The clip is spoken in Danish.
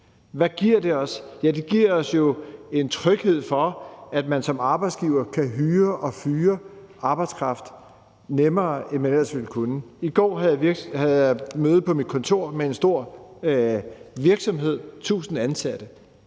Hvad giver det os? Ja, det giver os jo en tryghed for, at man som arbejdsgiver kan hyre og fyre arbejdskraft nemmere, end man ellers ville have kunnet. I går havde jeg møde på mit kontor med en stor virksomhed med